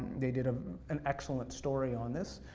they did ah an excellent story on this.